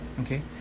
Okay